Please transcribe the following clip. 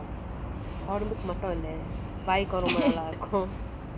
then I also